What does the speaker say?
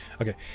Okay